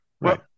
Right